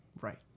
Right